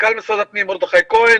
מנכ"ל משרד הפנים מרדכי כהן